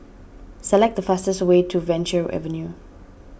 select the fastest way to Venture Avenue